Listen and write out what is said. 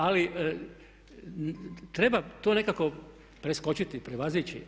Ali, treba to nekako preskočiti, prevazići.